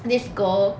this girl